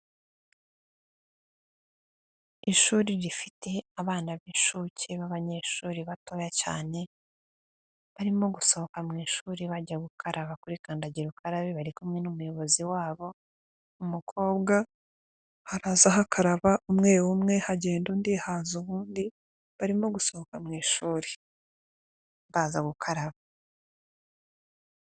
Ishuri rifite abana b'inshuke b'abanyeshuri batoya cyane, barimo gusohoka mu ishuri bajya gukaraba kuri kandagira ukarabe bari kumwe n'umuyobozi wabo, umukobwa haraza hakaraba umwe umwe hagenda undi haza uwundi, barimo gusohoka mu ishuri baza gukaraba.